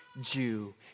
Jew